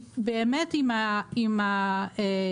באמת עם הקשר,